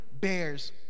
bears